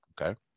okay